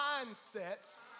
mindsets